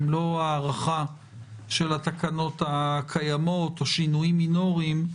הן לא הארכה של התקנות הקיימות או שינויים מינוריים,